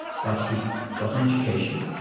but he got an education,